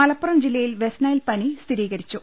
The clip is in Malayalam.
മലപ്പുറം ജില്ലയിൽ വെസ്റ്റ്നൈൽ പനി സ്ഥിരീകരിച്ചു